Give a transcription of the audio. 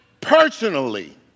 personally